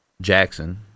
Jackson